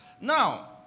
Now